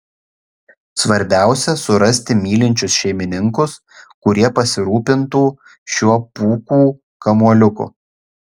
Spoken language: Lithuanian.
svarbiausia surasti mylinčius šeimininkus kurie pasirūpintų šiuo pūkų kamuoliuku